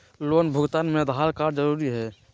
Loan भुगतान में Aadhaar card जरूरी है?